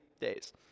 days